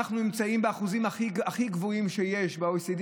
אנחנו נמצאים באחוזים הכי גבוהים שיש ב-OECD